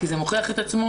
כי זה מוכיח את עצמו